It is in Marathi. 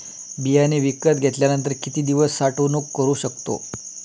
बियाणे विकत घेतल्यानंतर किती दिवस साठवणूक करू शकतो?